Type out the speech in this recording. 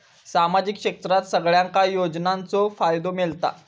सामाजिक क्षेत्रात सगल्यांका योजनाचो फायदो मेलता?